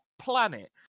planet